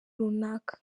runaka